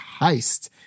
heist